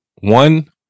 one